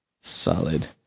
Solid